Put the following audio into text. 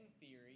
Theory